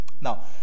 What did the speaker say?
Now